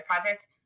Project